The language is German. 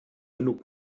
genug